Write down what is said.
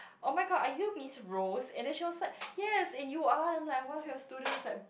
oh my god are you Miss Rose and then she was like yes and you are then I'm like one of your students like